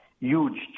huge